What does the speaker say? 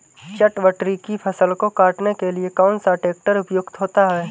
चटवटरी की फसल को काटने के लिए कौन सा ट्रैक्टर उपयुक्त होता है?